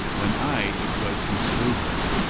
when i it was who slew her.